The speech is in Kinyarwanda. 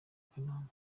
kanombe